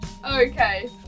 Okay